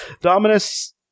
Dominus